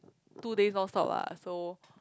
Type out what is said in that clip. two days non stop ah so